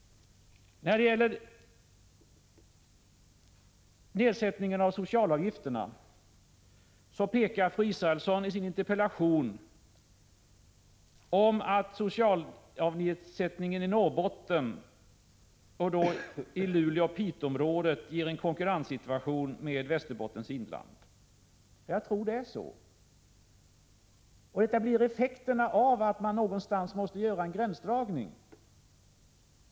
När det gäller nedsättningen av socialavgifterna pekar fru Israelsson i sin interpellation på att socialavgiftsnedsättningen inom Norrbotten och i Luleåoch Piteåområdet ger en konkurrenssituation med Västerbottens inland. Jag tror att det är så. Detta blir effekten av att man någonstans måste göra en gränsdragning.